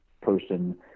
person